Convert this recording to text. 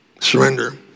surrender